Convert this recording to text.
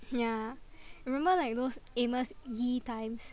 ya remember like those Amos Yee times